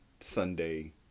Sunday